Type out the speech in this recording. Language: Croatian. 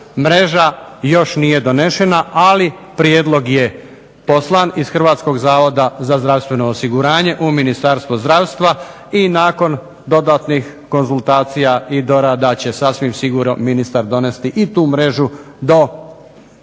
mreža još nije donešena ali prijedlog je poslan iz Hrvatskog zavoda za zdravstveno osiguranje za Ministarstvo zdravstva i nakon dodatnih konzultacija i dorada će sasvim sigurno i ministar donesti i tu mrežu do kraja